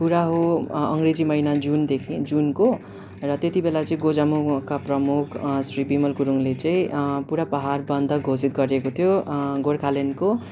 कुरा हो अङ्ग्रेजी महिना जुनदेखि जुनको र त्यतिबेला चाहिँ गोजमुमोका प्रमुख श्री बिमल गुरुङले चाहिँ पुरा पाहाड बन्द घोषित गरिएको थियो गोर्खाल्यान्डको